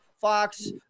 Fox